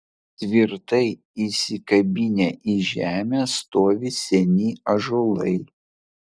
tvirtai įsikabinę į žemę stovi seni ąžuolai